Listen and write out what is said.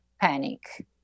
panic